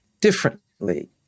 differently